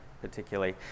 particularly